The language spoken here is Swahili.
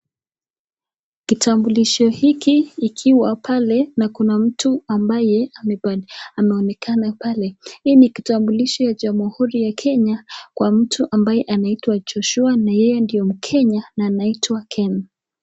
Kitambulisho hiki ikiwa pale na kuna mtu ambaye ameonekana pale. Hii ni kitambulisho ya jamhuri ya Kenya kwa mtu ambaye anaitwa Joshua na yeye ndio mkenya na anaitwa Ken.